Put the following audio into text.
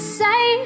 say